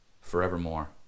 forevermore